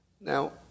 Now